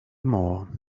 more